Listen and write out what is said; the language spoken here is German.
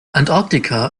antarktika